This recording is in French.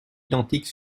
identiques